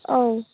औ